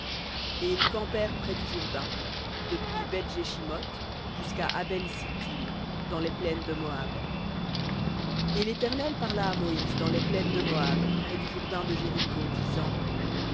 et ils campèrent près du jourdain depuis beth jeshimoth jusqu'à abel sittim dans les plaines de moab et l'éternel parla à moïse dans les plaines de moab près du jourdain de jéricho